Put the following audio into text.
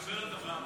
מקבל אותה באהבה.